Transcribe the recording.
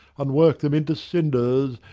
and work them into cinders,